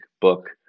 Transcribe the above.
book